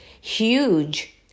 huge